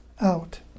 out